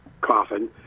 coffin